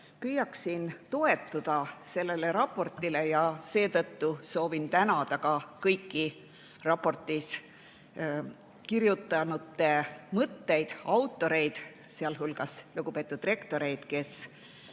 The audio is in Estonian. püüaksin toetuda sellele raportile. Seetõttu soovin tänada kõiki raportis olevate mõtete autoreid, sealhulgas lugupeetud rektoreid, kes